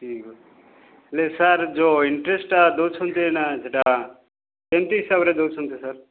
ଠିକ୍ ଅଛି ହେଲେ ସାର୍ ଯୋଉ ଇଣ୍ଟରେଷ୍ଟ୍ଟା ଦେଉଛନ୍ତି ନା ସେଟା କେମିତି ହିସାବରେ ଦଉଛନ୍ତି ସାର୍